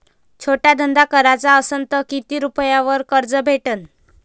छोटा धंदा कराचा असन तर किती रुप्यावर कर्ज भेटन?